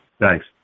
Thanks